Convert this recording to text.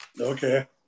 Okay